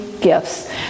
gifts